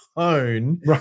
Own